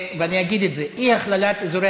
ואני אגיד את זה: אי-הכללת אזורי